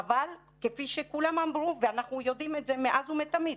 אבל כפי שכולם אמרו ואנחנו יודעים את זה מאז ומתמיד,